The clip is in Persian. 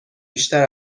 بیشتر